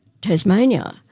Tasmania